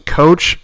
coach